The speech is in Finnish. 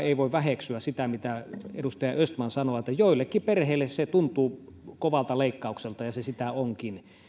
ei voi väheksyä sitä mitä edustaja östman sanoi että joillekin perheille se tuntuu kovalta leikkaukselta ja se sitä onkin